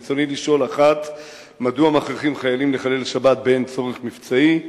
ברצוני לשאול: 1. מדוע מכריחים חיילים לחלל שבת באין צורך מבצעי?